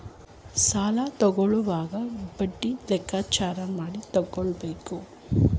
ಸಾಲ ತಕ್ಕೊಳ್ಳೋವಾಗ ಬಡ್ಡಿ ಲೆಕ್ಕಾಚಾರ ಮಾಡಿ ತಕ್ಕೊಬೇಕು